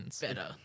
Better